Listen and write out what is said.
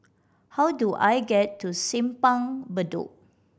how do I get to Simpang Bedok